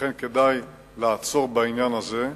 לכן, כדאי לעצור בעניין הזה.